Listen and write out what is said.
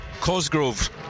Cosgrove